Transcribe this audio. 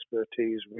expertise